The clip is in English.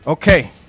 Okay